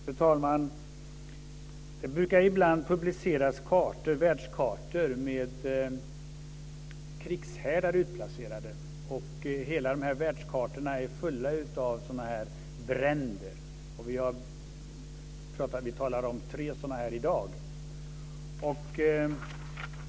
Fru talman! Det brukar ibland publiceras världskartor med krigshärdar utplacerade. Hela de här världskartorna är fulla av sådana här "bränder". Vi talar om tre sådana här i dag.